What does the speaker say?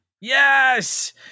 Yes